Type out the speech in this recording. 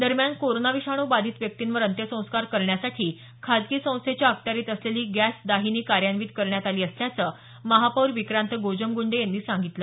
दरम्यान कोरोना विषाणू बाधित व्यक्तींवर अंत्यसंस्कार करण्यासाठी खासगी संस्थेच्या अखत्यारीत असलेली गॅस दाहिनी कार्यान्वित करण्यात आली असल्याचं महापौर विक्रांत गोजमगूंडे यांनी सांगितलं